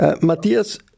Matthias